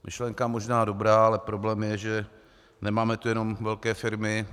Myšlenka možná dobrá, ale problém je, že nemáme tu jenom velké firmy.